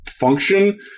function